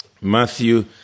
Matthew